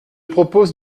propose